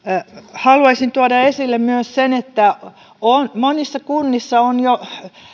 haluaisin tuoda esille myös sen että monissa kunnissa on jo